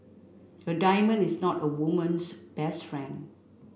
a diamond is not a woman's best friend